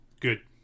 Good